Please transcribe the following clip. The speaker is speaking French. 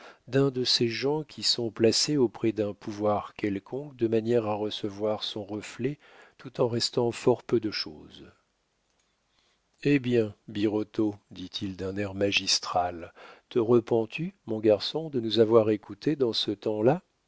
d'un de ces gens qui sont placés auprès d'un pouvoir quelconque de manière à recevoir son reflet tout en restant fort peu de chose eh bien birotteau dit-il d'un air magistral te repens tu mon garçon de nous avoir écoutés dans ce temps-là